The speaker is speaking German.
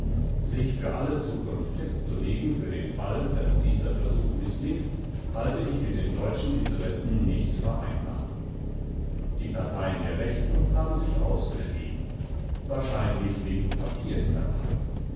sich für alle zukunft festzulegen für den fall daß dieser versuch mißlingt halte ich mit den deutschen interessen nicht vereinbar die parteien der rechten haben sich ausgeschwiegen wahrscheinlich wegen